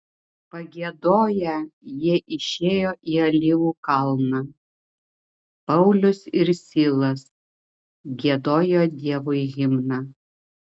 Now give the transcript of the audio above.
pagiedoję jie išėjo į alyvų kalną paulius ir silas giedojo dievui himną